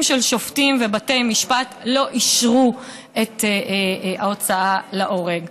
של שופטים ובתי משפט את ההוצאה להורג.